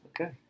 Okay